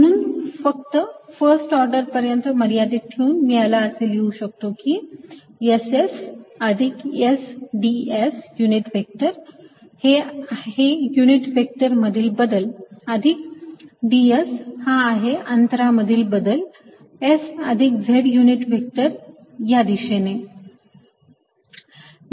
म्हणून फक्त first order पर्यंत मर्यादित ठेवून मी याला असे लिहू शकतो की S S अधिक S ds युनिट व्हेक्टर हे आहे युनिट व्हेक्टर मधील बदल अधिक ds हा आहे अंतरा मधील बदल S अधिक Z युनिट व्हेक्टर या दिशेने